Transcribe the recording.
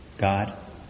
God